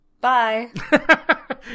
Bye